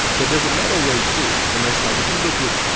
but there's another way, too. and it's like if you look at,